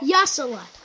Yasala